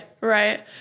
right